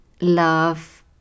love